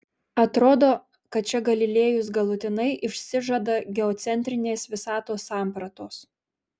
atrodo kad čia galilėjus galutinai išsižada geocentrinės visatos sampratos